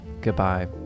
Goodbye